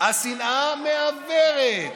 השנאה מעוורת.